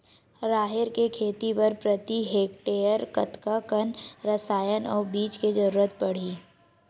राहेर के खेती बर प्रति हेक्टेयर कतका कन रसायन अउ बीज के जरूरत पड़ही?